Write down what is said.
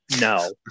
No